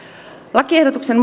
lakiehdotuksen